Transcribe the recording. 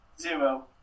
zero